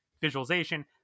visualization